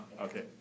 okay